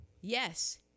yes